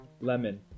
Lemon